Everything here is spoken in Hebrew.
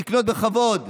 לקנות בכבוד,